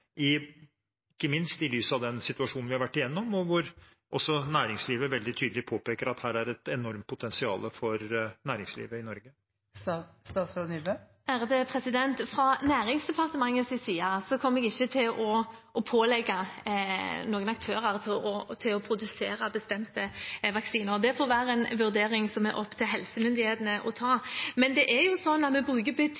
ikke minst i lys av den situasjonen vi har vært igjennom, og at også næringslivet veldig tydelig påpeker at her er det et enormt potensial for næringslivet i Norge? Fra Næringsdepartementets side kommer vi ikke til å pålegge noen aktører å produsere bestemte vaksiner. Det får være en vurdering som er opp til helsemyndighetene å